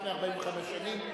לפני 45 שנים,